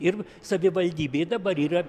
ir savivaldybėj dabar yra